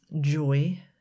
joy